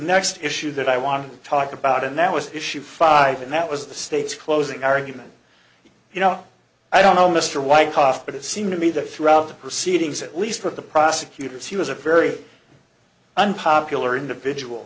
next issue that i want to talk about and that was issue five and that was the state's closing argument you know i don't know mr white tough but it seemed to me that throughout the proceedings at least for the prosecutors he was a very unpopular individual